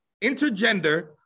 intergender